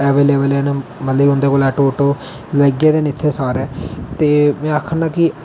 available ना मतलब कि उंदे कोल आटो शाटो लग्गे दे ना इत्थै सारे ते में आक्खना कि